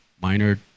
minor